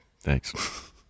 Thanks